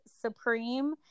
supreme